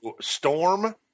Storm